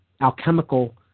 alchemical